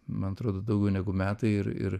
man atrodo daugiau negu metai ir ir